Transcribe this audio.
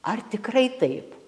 ar tikrai taip